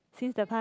since the past